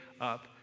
up